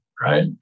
right